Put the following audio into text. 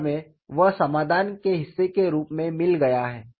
अब हमें वह समाधान के हिस्से के रूप में मिल गया है